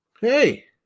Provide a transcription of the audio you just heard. hey